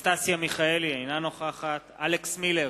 אנסטסיה מיכאלי, אינה נוכחת אלכס מילר,